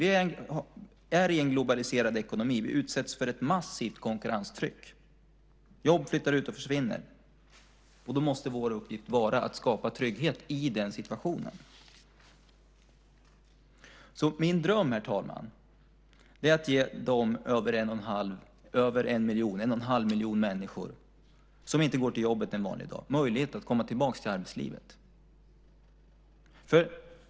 Vi är i en globaliserad ekonomi och utsätts för ett massivt konkurrenstryck. Jobb flyttar ut och försvinner. Då måste vår uppgift vara att skapa trygghet i den situationen. Min dröm, herr talman, är att ge den en och en halv miljon människor som inte går till jobbet en vanlig dag möjlighet att komma tillbaka till arbetslivet.